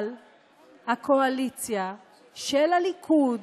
אבל הקואליציה של הליכוד,